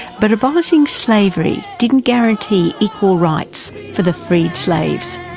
but abolishing slavery didn't guarantee equal rights for the freed slaves.